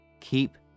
keep